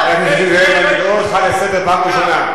חבר הכנסת זאב, אני קורא אותך לסדר פעם ראשונה.